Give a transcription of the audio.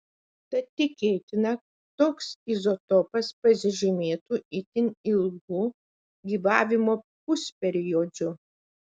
tad tikėtina toks izotopas pasižymėtų itin ilgu gyvavimo pusperiodžiu